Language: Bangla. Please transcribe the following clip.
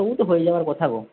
তবু তো হয়ে যাওয়ার কথা গো